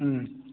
ꯎꯝ